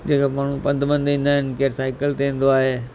जेके माण्हू पंध पंध ईंदा आहिनि केर साइकल ते ईंदो आहे